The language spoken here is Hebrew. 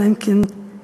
אלא אם כן תרצו,